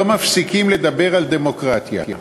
לא מפסיקים לדבר על דמוקרטיה.